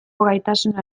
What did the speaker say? gaitasuna